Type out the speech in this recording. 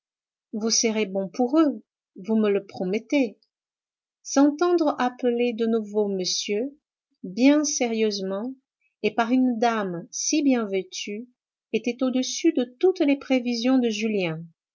vous serez bon pour eux vous me le promettez s'entendre appeler de nouveau monsieur bien sérieusement et par une dame si bien vêtue était au-dessus de toutes les prévisions de julien